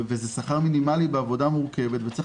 וזה שכר מינימלי בעבודה מורכבת וצריך